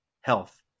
health